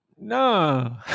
No